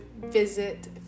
visit